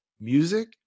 music